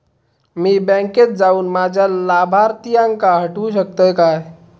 मी बँकेत जाऊन माझ्या लाभारतीयांका हटवू शकतय काय?